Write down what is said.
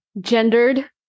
gendered